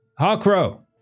Hawkrow